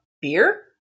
beer